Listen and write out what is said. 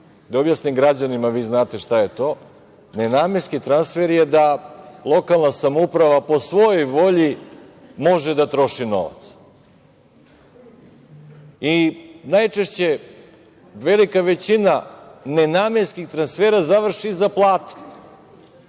Da objasnim građanima, vi znate šta je to, nenamenski transfer je da lokalna samouprava po svojoj volji može da troši novac. Najčešće velika većina nenamenskih transfera završi za plate,